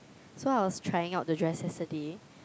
so I was trying out the dress yesterday